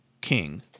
king